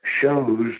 shows